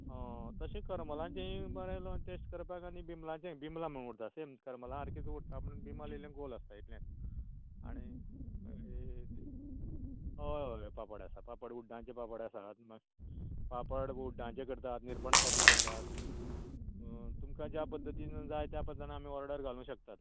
तशें करमलाचेंय बरें लोणचें टेस्ट करपाक आनी बिमलांचे बिमलां म्हणून करता सेम करमलां सारकींच उरता पूण बिमल इलें गोल आसता इतलेंच आनी होय होय पापड आसा पापड उड्डाचे पापड आसात मा पापड उड्डाचे करतात निरपणसाचे करतात तुमकां ज्या पद्दतीन जाय त्या पद्दतीन आमी ऑर्डर घालूंक शकतात